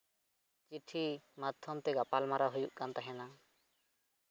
ᱪᱤᱴᱷᱤ ᱢᱟᱫᱽᱫᱷᱚᱢ ᱛᱮ ᱜᱟᱯᱟᱞᱢᱟᱨᱟᱣ ᱦᱩᱭᱩᱜ ᱠᱟᱱ ᱛᱟᱦᱮᱱᱟ